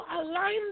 align